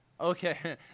okay